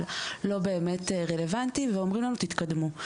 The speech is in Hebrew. לא באמת רלוונטי ואומרים לנו תתקדמו.